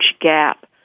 gap